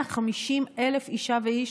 150,000 אישה ואיש,